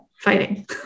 fighting